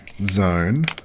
zone